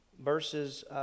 verses